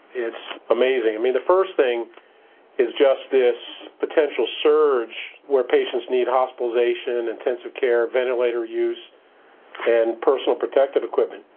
it's amazing. i mean, the first thing is just this potential surge where patients need hospitalization and intensive care, ventilator use and personal protective equipment.